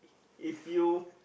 if you